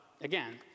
again